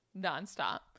nonstop